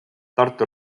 tartu